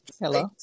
Hello